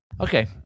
Okay